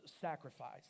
sacrifice